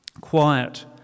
quiet